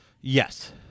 Yes